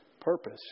purpose